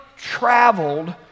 Traveled